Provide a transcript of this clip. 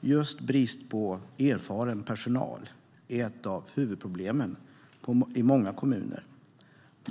Just bristen på erfaren personal är ett av huvudproblemen i många kommuner.